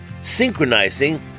synchronizing